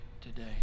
today